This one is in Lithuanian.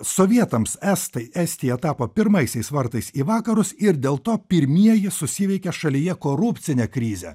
sovietams estai estija tapo pirmaisiais vartais į vakarus ir dėl to pirmieji susiveikė šalyje korupcinę krizę